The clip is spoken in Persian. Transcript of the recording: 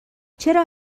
چرا